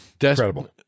Incredible